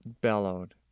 bellowed